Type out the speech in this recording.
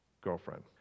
girlfriend